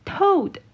Toad